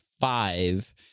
five